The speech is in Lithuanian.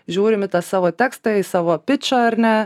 žiūrim į tą savo tekstą į savo pičą ar ne